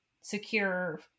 secure